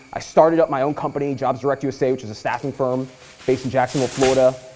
i started up my own company, jobs direct usa, which is a staffing firm based in jacksonville, florida,